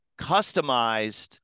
customized